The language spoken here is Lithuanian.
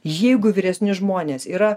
jeigu vyresni žmonės yra